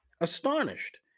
astonished